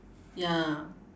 ya